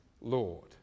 Lord